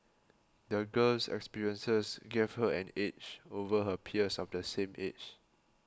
the girl's experiences gave her an edge over her peers of the same age